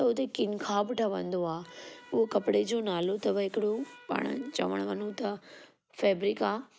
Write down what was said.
उते किंग खाब ठहंदो आहे उहो कपिड़े जो नालो अथव हिकिड़ो पाण चवण वञू त फेबरिक आहे